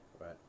Right